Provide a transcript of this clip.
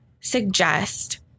suggest